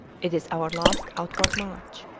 it is our last outward march.